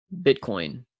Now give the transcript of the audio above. bitcoin